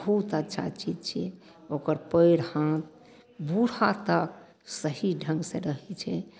बहुत अच्छा चीज छियै ओकर पयर हाथ बूढ़ा तक सही ढङ्गसँ रहय छै